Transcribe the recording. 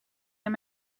and